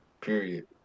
Period